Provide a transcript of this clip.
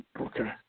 Okay